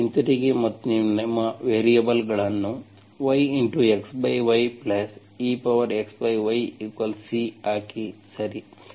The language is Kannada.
ಈಗ ಹಿಂತಿರುಗಿ ಮತ್ತು ನಿಮ್ಮ ವೇರಿಯೇಬಲ್ಗಳನ್ನು yxyexyC ಹಾಕಿ ಸರಿ